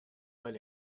but